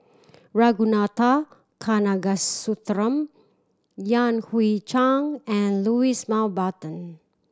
Ragunathar Kanagasuntheram Yan Hui Chang and Louis Mountbatten